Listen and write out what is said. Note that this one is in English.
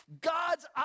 God's